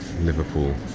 Liverpool